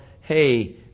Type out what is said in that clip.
hey